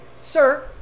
Sir